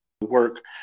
work